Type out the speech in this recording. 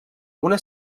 una